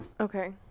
Okay